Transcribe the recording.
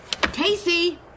Casey